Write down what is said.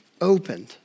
opened